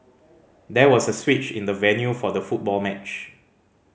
there was a switch in the venue for the football match